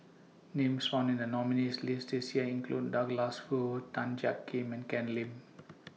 Names found in The nominees' list This Year include Douglas Foo Tan Jiak Kim and Ken Lim